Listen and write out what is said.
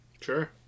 Sure